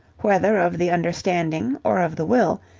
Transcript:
whether of the understanding or of the will,